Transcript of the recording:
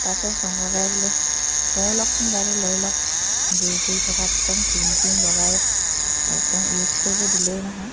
তাতে শংকৰদাই বোলে লৈ লওকচোন বাইদেউ লৈ লওক জোৰ কৰি থকাত একদম ছিম টিম লগাই একদম ইউজ কৰিব দিলেই নহয়